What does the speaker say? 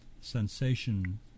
sensation